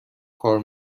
کار